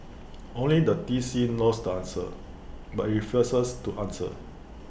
only the T C knows the answer but IT refuses to answer